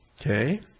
Okay